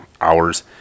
hours